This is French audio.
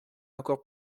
encore